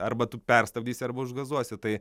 arba tu perstabdysi arba užgazuosi tai